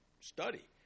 study